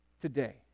Today